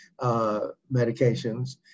medications